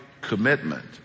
commitment